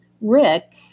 Rick